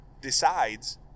decides